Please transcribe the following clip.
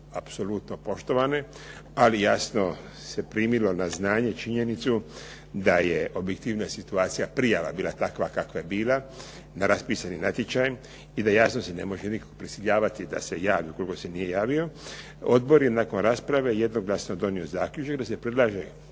apsolutno poštovane, ali jasno se primilo na znanje činjenicu da je objektivna situacija prijava bila takva kakva je bila na raspisani natječaj i da, jasno se ne može nikoga prisiljavati da se javi ukoliko se nije javio. Odbor je nakon rasprave jednoglasno donio zaključak da se predlaže